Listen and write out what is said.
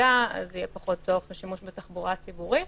נהיגה אז יהיה פחות צורך בשימוש בתחבורה ציבורית.